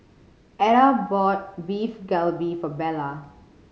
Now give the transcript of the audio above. Eda bought Beef Galbi for Bella